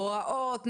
הוראות,